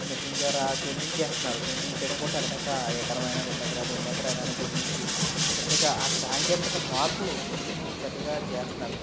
ఆ మెషిన్ల ద్వారా దున్నించేస్తున్నారు దున్నించేయడం కూడా టక టక ఎకరం అయినా రెండు ఎకరాలు ఎన్ని ఎకరాలు అయినా దున్నించి చక్కగా ఆ సాంకేతిక మార్పులు ఎన్నో చక్కగా చేస్తున్నారు